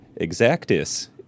Exactus